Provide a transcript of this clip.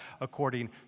according